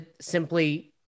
simply